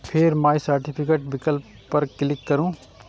फेर my certificate विकल्प पर क्लिक करू